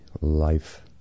life